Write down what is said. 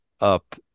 up